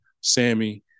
Sammy